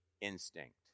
instinct